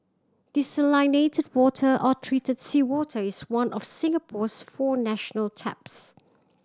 desalinated water or treated seawater is one of Singapore's four national taps